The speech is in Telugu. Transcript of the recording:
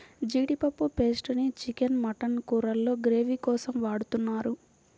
జీడిపప్పు పేస్ట్ ని చికెన్, మటన్ కూరల్లో గ్రేవీ కోసం వాడుతున్నారు